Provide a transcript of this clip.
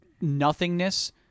nothingness